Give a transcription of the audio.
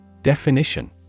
Definition